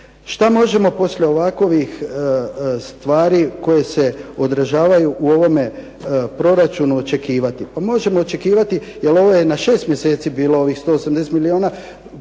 Šta možemo poslije ovakovih stvari koje se održavaju u ovome proračunu očekivati. Pa možemo očekivati jer ovo je na 6 mjeseci bilo ovih 180 milijuna.